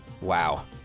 Wow